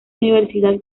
universidad